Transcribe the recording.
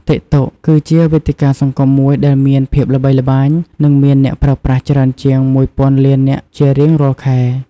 តិកតុក គឺជាវេទិកាសង្គមមួយដែលមានភាពល្បីល្បាញ និងមានអ្នកប្រើប្រាស់ច្រើនជាងមួយពាន់លាននាក់ជារៀងរាល់ខែ។